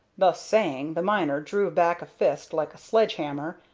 thus saying, the miner drew back a fist like a sledge-hammer,